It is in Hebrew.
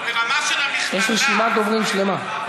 יש רשימת דוברים שלמה,